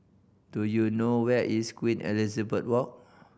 do you know where is Queen Elizabeth Walk